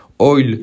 Oil